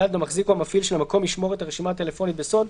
(ד) המחזיק או המפעיל של המקום ישמור את הרשימה הטלפונית בסוד,